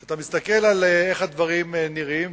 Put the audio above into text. כשאתה מסתכל על איך הדברים נראים,